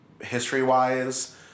History-wise